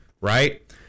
right